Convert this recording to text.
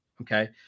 Okay